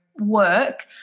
work